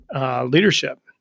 leadership